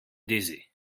dizzy